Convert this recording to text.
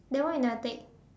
then why you never take